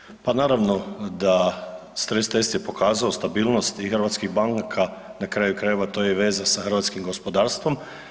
Pa naravno da stres test je pokazao stabilnost hrvatskih banaka, na kraju krajeva to je veza sa hrvatskim gospodarstvom.